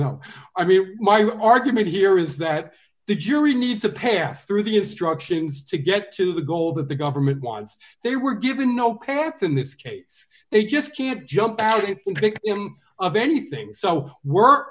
know i mean my argument here is that the jury needs a pair through the instructions to get to the goal that the government wants they were given ok that's in this case they just can't jump out it can pick him of anything so work